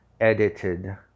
edited